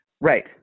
right